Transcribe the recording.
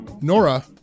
Nora